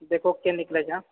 देखो केेँ निकलैए